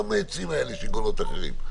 גם בעצים היו לי שיגעונות אחרים.